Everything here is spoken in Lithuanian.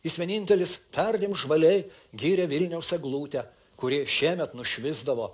jis vienintelis perdėm žvaliai gyrė vilniaus eglutę kuri šiemet nušvisdavo